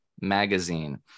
magazine